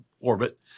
orbit